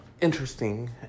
interesting